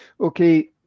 okay